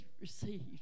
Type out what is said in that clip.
received